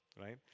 right